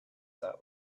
that